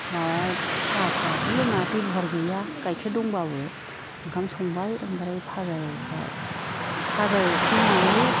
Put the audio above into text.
माबा साहा थाहाथ' लोङा बेबहार गैया गायखेर दंबाबो ओंखाम संबाय ओमफ्राय फाजा एवबाय फाजा एवखांनानै